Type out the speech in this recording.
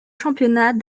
championnat